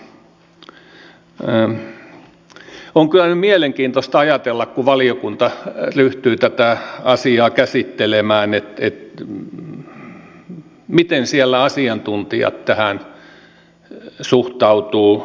on kyllä nyt mielenkiintoista ajatella kun valiokunta ryhtyy tätä asiaa käsittelemään miten siellä asiantuntijat tähän suhtautuvat